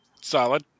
Solid